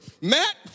Matt